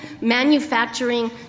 manufacturing